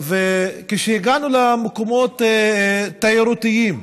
כשהגענו למקומות תיירותיים,